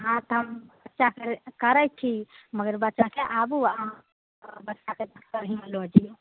हँ तऽ हम बच्चाकेँ करै छी मगर बच्चाकेँ आबू अहाँ आओर बच्चाकेँ लऽ जइयौ